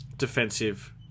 defensive